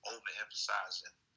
Overemphasizing